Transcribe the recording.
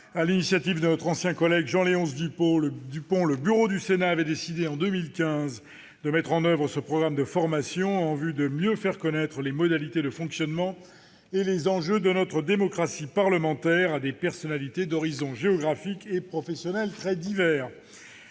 l'initiative de notre ancien collègue Jean-Léonce Dupont, le bureau du Sénat avait décidé, en 2015, de mettre en oeuvre ce programme de formation, en vue de mieux faire connaître les modalités de fonctionnement et les enjeux de notre démocratie parlementaire à des personnalités d'horizons géographiques et professionnels très divers.